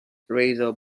razors